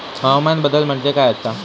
हवामान बदल म्हणजे काय आसा?